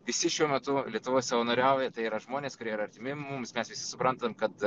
visi šiuo metu lietuvoj savanoriauja tai yra žmonės kurie yra artimi mums mes visi suprantam kad